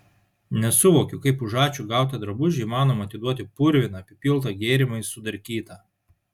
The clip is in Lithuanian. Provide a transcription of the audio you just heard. nesuvokiu kaip už ačiū gautą drabužį įmanoma atiduoti purviną apipiltą gėrimais sudarkytą